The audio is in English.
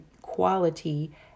quality